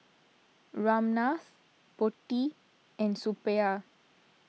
Ramnath Potti and Suppiah